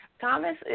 Thomas